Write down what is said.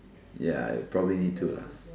ya probably need to lah